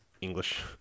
English